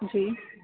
जी